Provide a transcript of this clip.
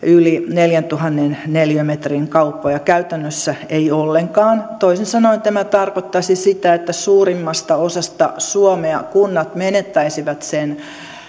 neljäntuhannen neliömetrin kauppoja käytännössä ei ollenkaan toisin sanoen tämä tarkoittaisi sitä että suurimmasta osasta suomea kunnat menettäisivät sen